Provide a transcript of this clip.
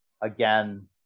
again